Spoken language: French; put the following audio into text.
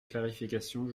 clarification